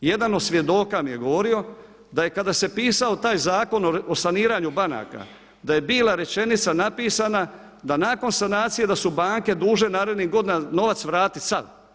Jedan od svjedoka mi je govorio da i kada se pisao taj Zakon o saniranju banaka da je bila rečenica napisana da nakon sanacije da su banke dužne narednih godina novac vratiti sav.